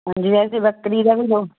ਹਾਂਜੀ ਵੈਸੇ ਬੱਕਰੀ ਦਾ ਵੀ ਦੁੱਧ